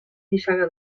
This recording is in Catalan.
nissaga